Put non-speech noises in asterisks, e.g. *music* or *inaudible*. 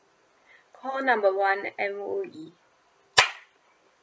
call number one M_O_E *noise*